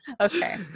Okay